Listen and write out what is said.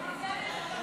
ההצעה בדבר